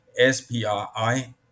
SPRI